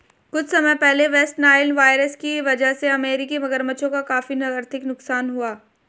कुछ समय पहले वेस्ट नाइल वायरस की वजह से अमेरिकी मगरमच्छों का काफी आर्थिक नुकसान हुआ